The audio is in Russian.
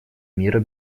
мира